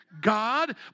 God